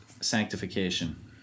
sanctification